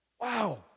Wow